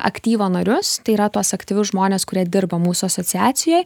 aktyvo narius tai yra tuos aktyvius žmones kurie dirba mūsų asociacijoj